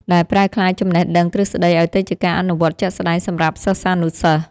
ដែលប្រែក្លាយចំណេះដឹងទ្រឹស្ដីឱ្យទៅជាការអនុវត្តជាក់ស្ដែងសម្រាប់សិស្សានុសិស្ស។